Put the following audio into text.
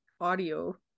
audio